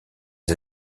les